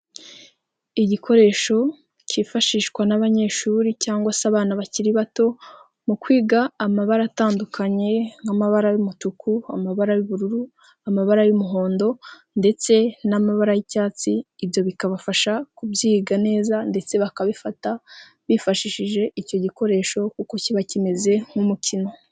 Igikoresho kifashishwa n'abanyeshuri cyangwa se abana bakiri bato, mu kwiga amabara atandukanye nk'amabara y'umutuku amabara y'ubururu. Amabara y'umuhondo ndetse n'amabara y'icyatsi ibyo bikabafasha kubyiga neza ndetse bakabifata, bifashishije icyo gikoresho kuko kiba kimeze nk'umukino.